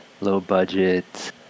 low-budget